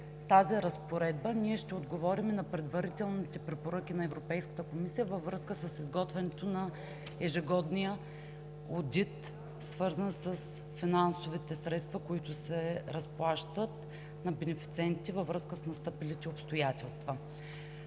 тази разпоредба ние ще отговорим на предварителните препоръки на Европейската комисия във връзка с изготвянето на ежегодния одит, свързан с финансовите средства, които се разплащат на бенефициентите във връзка с настъпилите обстоятелства.